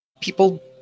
people